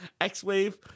X-Wave